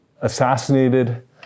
assassinated